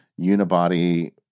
unibody